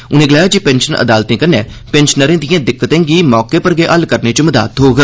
उनें गलाया जे पेंशन अदालतै कन्नै पेंशनरें दिए दिक्कतें गी मौके पर गै हल करने इच मदाद होग